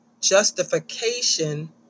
justification